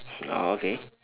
okay